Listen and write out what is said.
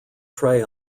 trey